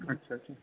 अच्छा अच्छा